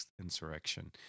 insurrection